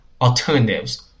alternatives